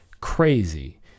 Crazy